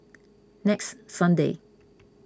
next Sunday